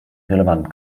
relevant